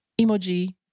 emoji